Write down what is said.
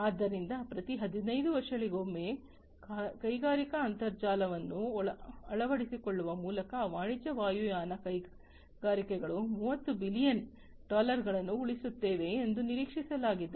ಆದ್ದರಿಂದ ಪ್ರತಿ 15 ವರ್ಷಗಳಿಗೊಮ್ಮೆ ಕೈಗಾರಿಕಾ ಅಂತರ್ಜಾಲವನ್ನು ಅಳವಡಿಸಿಕೊಳ್ಳುವ ಮೂಲಕ ವಾಣಿಜ್ಯ ವಾಯುಯಾನ ಕೈಗಾರಿಕೆಗಳು 30 ಬಿಲಿಯನ್ ಡಾಲರ್ಗಳನ್ನು ಉಳಿಸುತ್ತೇವೆ ಎಂದು ನಿರೀಕ್ಷಿಸಲಾಗಿದೆ